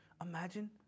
imagine